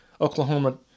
Oklahoma